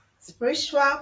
Spiritual